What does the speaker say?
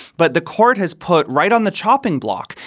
but the court has put right on the chopping block.